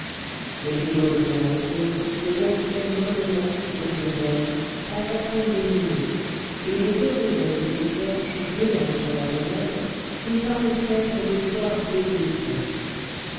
les rideaux de son alcôve se gonflaient mollement autour d'elle en façon de nuées et les rayons des deux cierges brûlant sur la commode lui parurent être des gloires éblouissantes